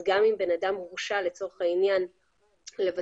גם אם בן אדם הורשה לצורך העניין לבצע